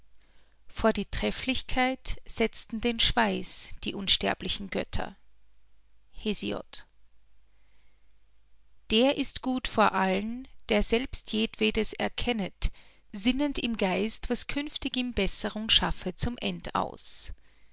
vor die trefflichkeit setzten den schweiß die unsterblichen götter hesiod der ist gut vor allen der selbst jedwedes erkennet sinnend im geist was künftig ihm besserung schaffe zum end aus